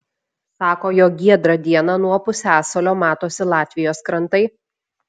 sako jog giedrą dieną nuo pusiasalio matosi latvijos krantai